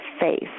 faith